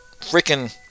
Freaking